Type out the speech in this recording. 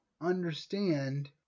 understand